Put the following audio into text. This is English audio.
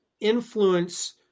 influence